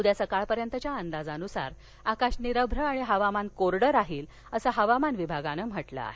उद्या सकाळ पर्यंतच्या अंदाजानुसार आकाश निरभ्र आणि हवामान कोरडं राहील असं हवामान विभागान म्हटलं आहे